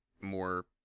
more